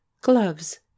gloves